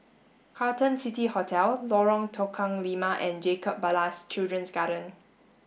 Carlton City Hotel Lorong Tukang Lima and Jacob Ballas Children's Garden